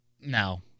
No